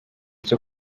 cyo